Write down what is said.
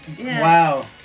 Wow